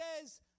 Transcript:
says